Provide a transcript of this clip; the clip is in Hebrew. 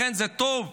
זה טוב להתגונן,